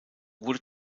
wurde